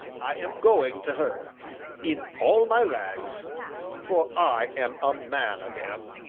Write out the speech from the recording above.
i am going to her in all my rags for i am a man again.